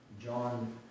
John